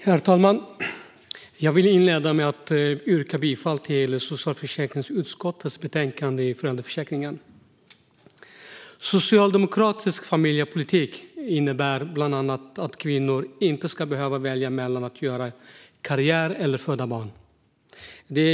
Herr talman! Jag vill inleda med att yrka bifall till socialförsäkringsutskottets förslag. Socialdemokratisk familjepolitik innebär bland annat att kvinnor inte ska behöva välja mellan att göra karriär och att föda barn.